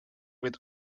with